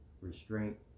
restraint